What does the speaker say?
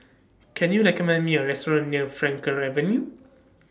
Can YOU recommend Me A Restaurant near Frankel Avenue